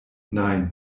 nein